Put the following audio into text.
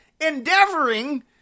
endeavoring